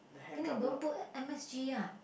then you don't put M_S_G ah